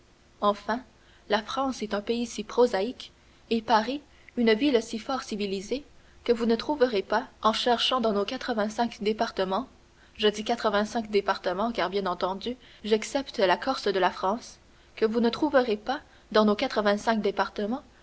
enfin la france est un pays si prosaïque et paris une ville si fort civilisée que vous ne trouverez pas en cherchant dans nos quatre-vingt-cinq départements je dis quatre-vingt-cinq départements car bien entendu j'excepte la corse de la france que vous ne trouverez pas dans nos quatre-vingt-cinq départements